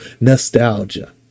nostalgia